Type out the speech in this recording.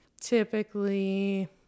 Typically